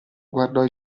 guardò